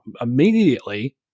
immediately